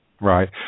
Right